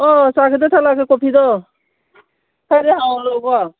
ꯑꯣ ꯆꯥ ꯈꯤꯇ ꯊꯛꯂꯁꯤ ꯀꯣꯐꯤꯗꯣ ꯈꯔꯗꯤ ꯍꯥꯎꯍꯜꯂꯛꯎꯀꯣ